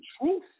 truth